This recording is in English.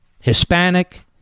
Hispanic